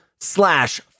slash